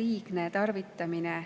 liigne tarvitamine